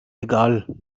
egal